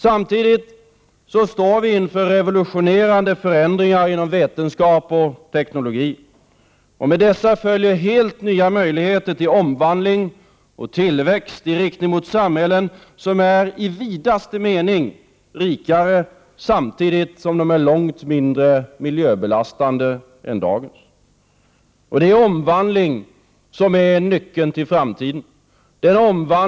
Samtidigt står vi inför revolutionerande förändringar inom vetenskap och teknologi. Och med dessa följer helt nya möjligheter till omvandling och tillväxt i riktning mot samhällen som är i vidaste mening rikare samtidigt som de är långt mindre miljöbelastande än dagens. Det är omvandling som är nyckeln till framtiden.